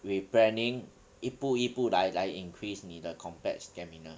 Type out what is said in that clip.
with planning 一步一步来来 increase 你的 combats stamina